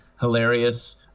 hilarious